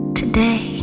today